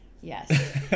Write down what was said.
Yes